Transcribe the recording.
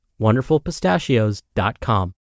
WonderfulPistachios.com